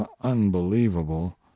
unbelievable